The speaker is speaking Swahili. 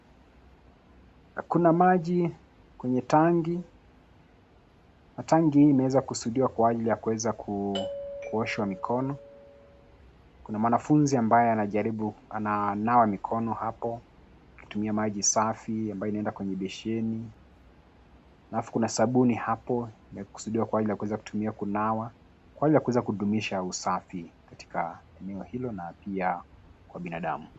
Kuna maji kwenye tanki, na tanki hii imeweza kusudiwa kwa ajili ya kuoshwa mikono. Kuna mwanafunzi ambaye anajaribu ananawa mikono hapo kutumia maji safi ambae inaenda kwenye besheni, alafu kuna sabuni hapo imekusudiwa kwa ajili ya kuweza kutumia kunawa, kwa ajili ya kuweza kudumisha usafi katika eneo hilo na pia kwa binadamu.